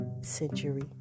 century